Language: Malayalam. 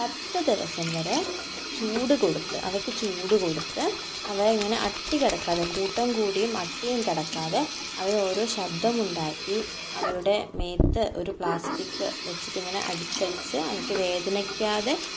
പത്ത് ദിവസം വരെ ചൂട് കൊടുത്ത് അവയ്ക്ക് ചൂട് കൊടുത്ത് അവ ഇങ്ങനെ അട്ടി കിടക്കാതെ കൂട്ടം കൂടിയും അട്ടിയും കിടക്കാതെ അവയെ ഓരോ ശബ്ദമുണ്ടാക്കി അവയുടെ മേത്ത് ഒരു പ്ലാസ്റ്റിക് വെച്ചിട്ടിങ്ങനെ അടിച്ച് അടിച്ച് അവയ്ക്ക് വേദനിക്കാതെ